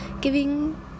giving